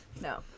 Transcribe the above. no